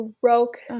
broke